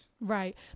Right